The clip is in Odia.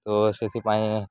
ତ ସେଥିପାଇଁ